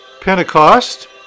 Pentecost